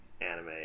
anime